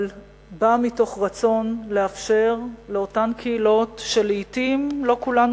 אבל בא מתוך רצון לאפשר לאותן קהילות שלעתים לא כולנו